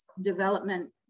development